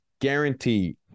guaranteed